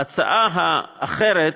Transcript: ההצעה האחרת,